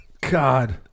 god